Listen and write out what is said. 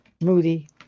moody